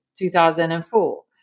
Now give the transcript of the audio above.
2004